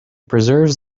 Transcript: preserves